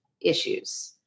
issues